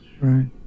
Right